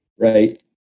right